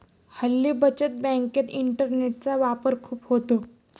हल्ली बचत बँकेत इंटरनेटचा वापर खूप होतो